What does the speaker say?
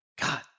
God